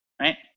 right